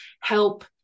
help